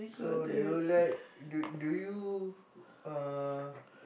so do you like do do you uh